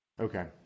Okay